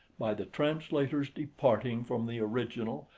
by the translator's departing from the original,